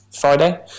Friday